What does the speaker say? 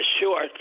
short